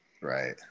Right